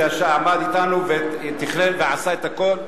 שעמד אתנו ותכנן ועשה את הכול,